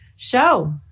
show